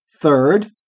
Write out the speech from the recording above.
Third